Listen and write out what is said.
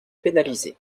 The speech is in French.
pénalisés